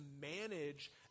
manage